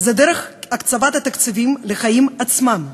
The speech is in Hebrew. היא דרך הקצבת התקציבים לחיים עצמם.